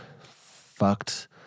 fucked